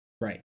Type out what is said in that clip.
right